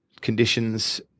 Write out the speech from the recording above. conditions –